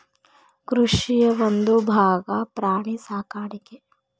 ಕೃಷಿಯ ಒಂದುಭಾಗಾ ಪ್ರಾಣಿ ಸಾಕಾಣಿಕೆ